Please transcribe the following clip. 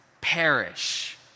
perish